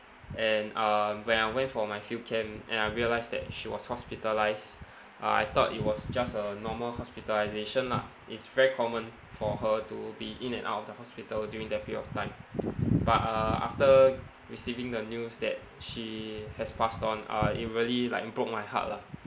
and uh when I went for my field camp and I realised that she was hospitalised uh I thought it was just a normal hospitalisation lah it's very common for her to be in and out of the hospital during that period of time but uh after receiving the news that she has passed on uh it really like broke my heart lah